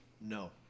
No